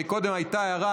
קודם הייתה הערה,